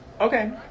okay